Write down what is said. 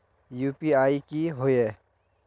UPI की होय है?